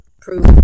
prove